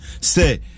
Say